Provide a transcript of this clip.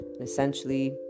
essentially